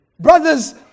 Brothers